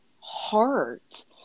heart